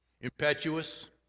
impetuous